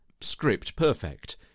script-perfect